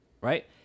right